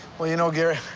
but you know, gary,